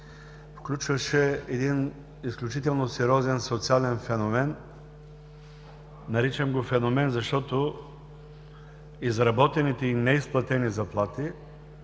включваше един изключително сериозен социален феномен. Наричам го „феномен“, защото изработените и неизплатени заплати